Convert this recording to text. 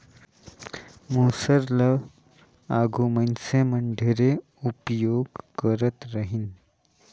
मूसर ल आघु मइनसे मन ढेरे उपियोग करत रहिन